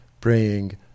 praying